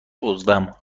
عضوم